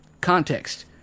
context